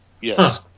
Yes